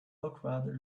awkward